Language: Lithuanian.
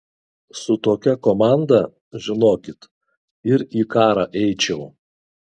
su tokia komanda žinokit ir į karą eičiau